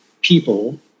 people